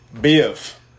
Biff